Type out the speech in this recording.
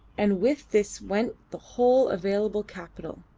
and with this went the whole available capital.